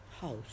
house